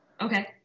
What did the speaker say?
okay